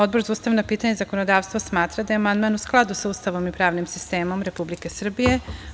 Odbor za ustavna pitanja i zakonodavstvo, smatra da je amandman u skladu sa Ustavom i pravnim sistemom Republike Srbije.